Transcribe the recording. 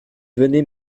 venait